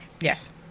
Yes